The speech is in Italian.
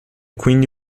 quindi